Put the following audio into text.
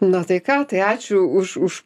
na tai ką tai ačiū už už